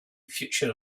future